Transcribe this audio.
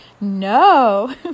no